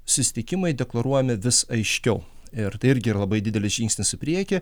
susitikimai deklaruojami vis aiškiau ir tai irgi yra labai didelis žingsnis į priekį